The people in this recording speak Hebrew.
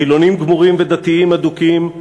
חילונים גמורים ודתיים אדוקים,